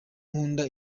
nkunda